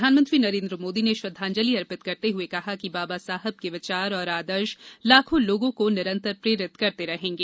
प्रधानमंत्री नरेन्द्र मोदी ने श्रद्वांजलि अर्पित करते हुए कहा कि बाबा साहब के विचार और आदर्श लाखों लोगों को निरंतर प्रेरित करते रहेंगे